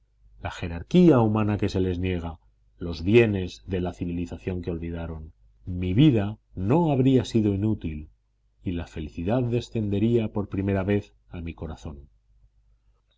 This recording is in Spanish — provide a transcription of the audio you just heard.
la jerarquía humana que se les niega los bienes de la civilización que olvidaron mi vida no habría sido inútil y la felicidad descendería por primera vez a mi corazón